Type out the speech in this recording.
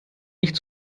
nicht